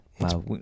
Wow